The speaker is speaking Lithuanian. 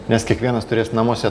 nes kiekvienas turės namuose